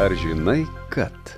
ar žinai kad